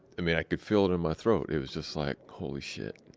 i mean, i could feel it in my throat. it was just like, holy shit.